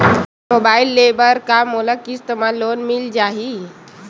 Mobile ले बर का मोला किस्त मा लोन मिल जाही?